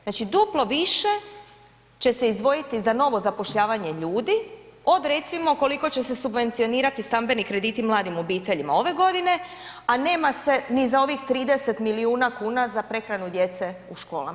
Znači duplo više će se izdvojiti za novo zapošljavanje ljudi od recimo koliko će se subvencionirati stambeni krediti mladim obiteljima ove godine a nema se ni za ovih 30 milijuna kuna za prehranu djece u školama.